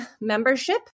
membership